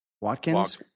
Watkins